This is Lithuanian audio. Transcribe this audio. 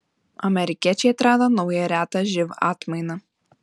amerikiečiai atrado naują retą živ atmainą